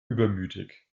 übermütig